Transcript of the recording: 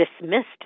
dismissed